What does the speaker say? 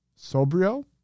Sobrio